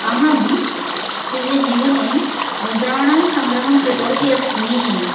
अहं स्वीयजीवने मुद्राणां सङ्ग्रहं कृतवती अस्मि